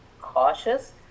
cautious